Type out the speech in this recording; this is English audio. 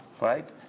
right